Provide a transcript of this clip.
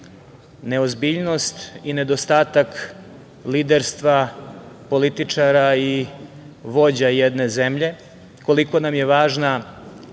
neozbiljnost i nedostatak liderstva političara i vođa jedne zemlje, koliko nam je važna